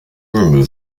remove